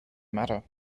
matter